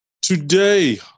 Today